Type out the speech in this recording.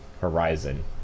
horizon